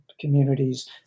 communities